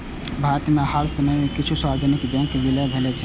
भारत मे हाल के समय मे किछु सार्वजनिक बैंकक विलय भेलैए